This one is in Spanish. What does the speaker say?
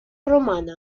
romana